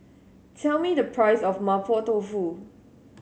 tell me the price of Mapo Tofu